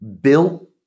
built